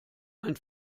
ein